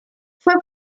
fue